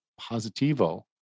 Positivo